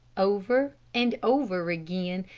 over and over again,